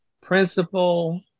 principle